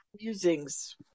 musings